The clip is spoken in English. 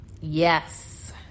Yes